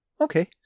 okay